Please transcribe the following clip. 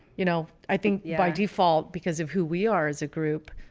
you know, i think by default, because of who we are as a group,